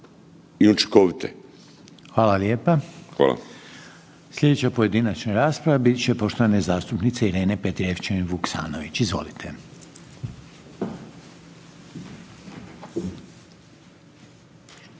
(HDZ)** Hvala lijepa. Sljedeća pojedinačna rasprava bit će poštovane zastupnice Irene Petrijevčanin Vuksanović. Izvolite.